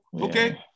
okay